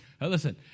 Listen